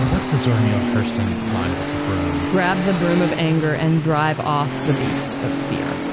what's the zora neale hurston line about the broom? grab the broom of anger and drive off the beast of fear.